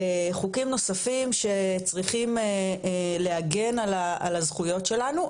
חוקים נוספים שצריכים להגן על הזכויות שלנו,